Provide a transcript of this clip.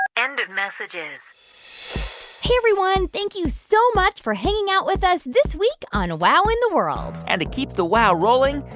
end of messages hey, everyone. thank you so much for hanging out with us this week on wow in the world and to keep the wow rolling,